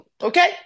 Okay